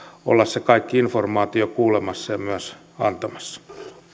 olla se kaikki informaatio kuulemassa ja myös antamassa